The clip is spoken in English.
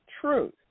truth